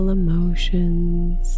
emotions